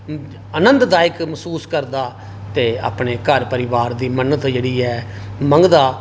आनंदायक महसूस करदा ते अपने घर परिवार च मन्नत जेहड़ी ऐ मगंदा